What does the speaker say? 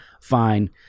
fine